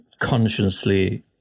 consciously